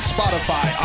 Spotify